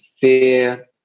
fear